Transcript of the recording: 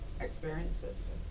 experiences